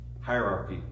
hierarchy